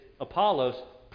Apollos